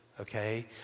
okay